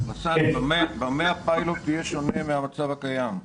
במה הפיילוט יהיה שונה מהמצב הקיים?